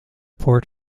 port